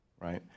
Right